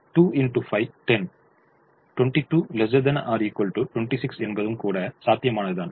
22 ≤ 26 என்பதும் கூட சாத்தியமானது தான்